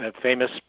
famous